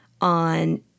on